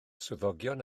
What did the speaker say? swyddogion